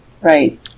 right